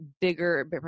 bigger